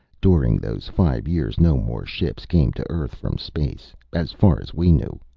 during those five years, no more ships came to earth from space, as far as we knew.